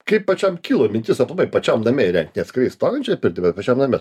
kaip pačiam kilo mintis aplamai pačiam name įrengt ne atskirai stovinčią pirtį bet pačiam name